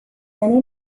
many